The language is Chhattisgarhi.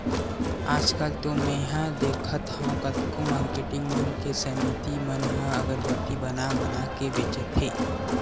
आजकल तो मेंहा देखथँव कतको मारकेटिंग मन के समिति मन ह अगरबत्ती बना बना के बेंचथे